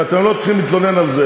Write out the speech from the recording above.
ואתם לא צריכים להתלונן על זה.